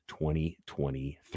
2023